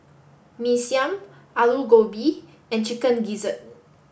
Mee Siam Aloo Gobi and Chicken Gizzard